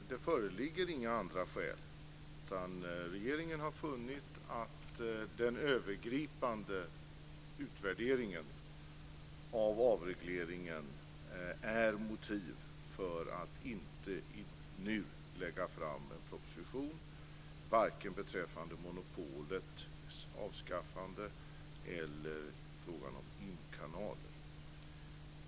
Fru talman! Det föreligger inga andra skäl. Regeringen har funnit att den övergripande utvärderingen av avregleringen är motiv för att inte nu lägga fram en proposition beträffande vare sig monopolets avskaffande eller frågan om imkanaler.